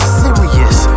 serious